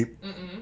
mm mm